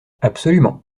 absolument